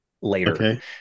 later